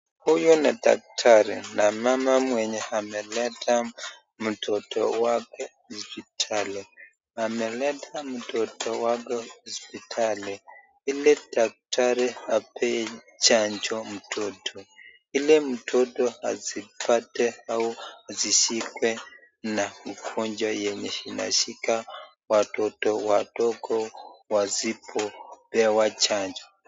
Huyu ni daktari na mama mwenye ameleta mtoto wake hospitali, ameleta mtoto wake hospitali , ili daktari apee chanjo mtoto, ili mtoto asipate au ashishikwe na ugonjwa yenye inashika watoto wadogo wasipo pewa chanjo.